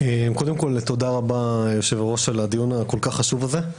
תודה רבה יושב הראש על הדיון הכול כך חשוב הזה.